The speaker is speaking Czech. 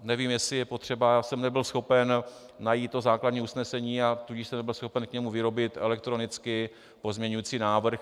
Nevím, jestli je potřeba já jsem nebyl schopen najít základní usnesení, tudíž jsem nebyl schopen k němu vyrobit elektronicky pozměňující návrh.